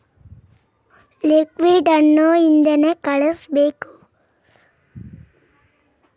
ಇಲಿ ಕೊಲ್ಲದು ಔಷಧದಿಂದ ನಾವ್ ಅಳಿಲ, ವುಡ್ ಚಕ್ಸ್, ಚಿಪ್ ಮಂಕ್ಸ್, ಮುಳ್ಳಹಂದಿ ಕೊಲ್ಲ ಹಾಕ್ತಿವಿ